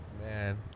Man